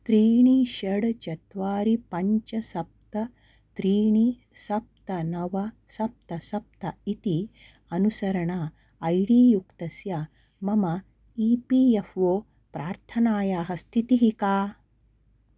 त्रीणि षट् चत्वारि पञ्च सप्त त्रीणि सप्त नव सप्त सप्त इति अनुसरण ऐ डी युक्तस्य मम ई पी एफ़् ओ प्रार्थनायाः स्थितिः का